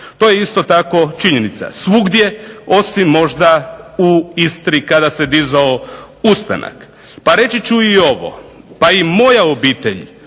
To je isto tako činjenica svugdje osim možda u Istri kada se dizao i ustanak. Pa reći ću i ovom pa i moja obitelj,